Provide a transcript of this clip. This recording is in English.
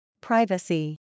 Privacy